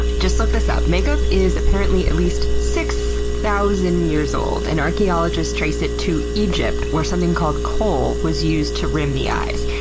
just looked this up. makeup is apparently at least six thousand years old. and archaeologists trace it to egypt where something called kohl was used to rim the eyes.